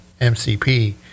mcp